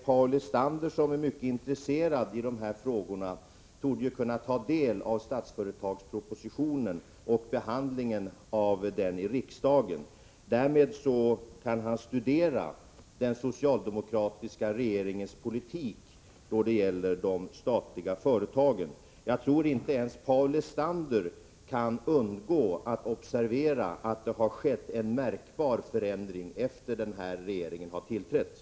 Paul Lestander som är mycket intresserad av dessa frågor torde kunna ta del av Statsföretagspropositionen och behandlingen av den i riksdagen. Därvid kan han studera den socialdemokratiska regeringens politik då det gäller de statliga företagen. Jag tror inte ens Paul Lestander kan undgå att observera att det har skett en märkbar förändring efter det att den här regeringen tillträdde.